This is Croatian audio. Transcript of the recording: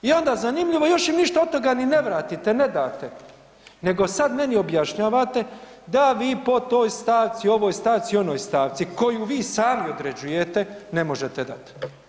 I onda zanimljivo još im ništa od toga ni ne vratite, ne date, nego sad meni objašnjavate da vi po toj stavci, ovoj stavci, onoj stavci, koju vi sami određujete, ne možete dat.